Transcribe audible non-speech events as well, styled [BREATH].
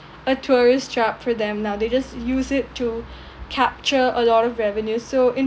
a tourist trap for them now they just use it to [BREATH] capture a lot of revenues so in